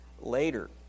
later